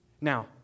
Now